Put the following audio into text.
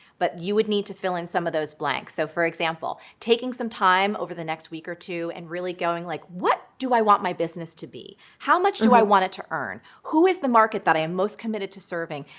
but you would need to fill in some of those blanks. so for example, taking some time over the next week or two and really going like, what do i want my business to be? how much do i want it to earn? who is the market that i am most committed to serving?